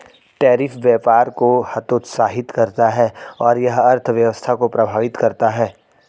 tariff व्यापार को हतोत्साहित करता है और यह अर्थव्यवस्था को प्रभावित करता है